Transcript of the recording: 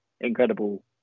incredible